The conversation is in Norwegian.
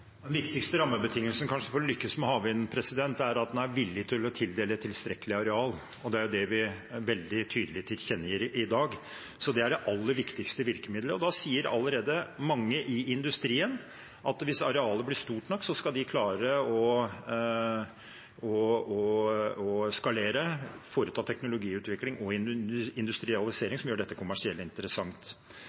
Den viktigste rammebetingelsen – kanskje – for å lykkes med havvind er at en er villig til å tildele tilstrekkelig med areal. Det er jo det vi veldig tydelig tilkjennegir i dag, så det er det aller viktigste virkemidlet. Da sier allerede mange i industrien at hvis arealet blir stort nok, skal de klare å skalere og foreta teknologiutvikling og industrialisering som gjør dette kommersielt interessant.